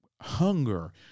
hunger